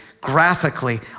graphically